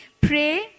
pray